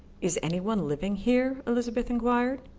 is any one living here? elizabeth enquired.